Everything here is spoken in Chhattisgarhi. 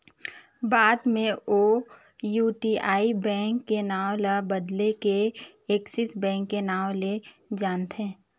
बाद मे ओ यूटीआई बेंक के नांव ल बदेल के एक्सिस बेंक के नांव ले जानथें